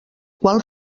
qual